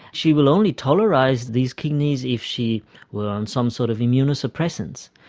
she will only tolerate these kidneys if she were on some sort of immunosuppressants.